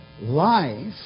life